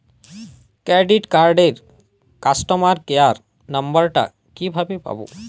Credit কার্ডের customer care number টা কিভাবে পাবো?